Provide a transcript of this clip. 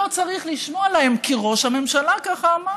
לא צריך לשמוע להם, כי ראש הממשלה ככה אמר.